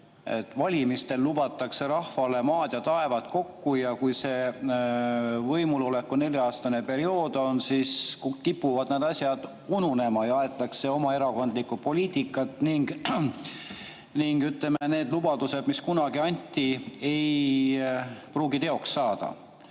et valimistel lubatakse rahvale maad ja taevad kokku, aga kui see võimuloleku nelja-aastane periood on, siis kipuvad need asjad ununema, aetakse oma erakondlikku poliitikat ning need lubadused, mis kunagi anti, ei pruugi teoks saada.